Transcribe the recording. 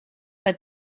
but